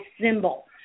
symbol